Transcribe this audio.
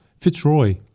Fitzroy